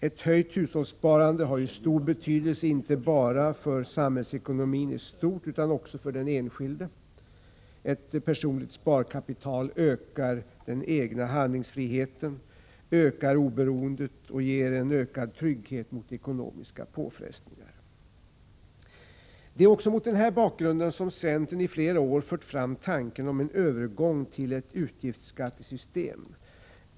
Ett höjt hushållssparande har stor betydelse inte bara för samhällsekonomin i stort utan också för den enskilde. Ett personligt sparkapital ökar den egna handlingsfriheten, ökar oberoendet och ger ökad trygghet mot ekonomiska påfrestningar. Det är också mot den bakgrunden som centerpartiet i flera år har fört fram tanken på en övergång till ett utgiftsskattesystem.